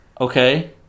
Okay